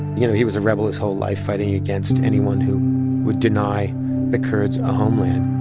you know he was a rebel his whole life, fighting against anyone who would deny the kurds a homeland